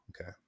Okay